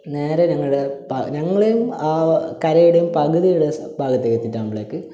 നേരെ ഞങ്ങടെ പ ഞങ്ങൾ ആ കരേടെ പകുതി ഉള്ള ഭാഗത്ത് എത്തീട്ടാകുമ്പോളേക്ക്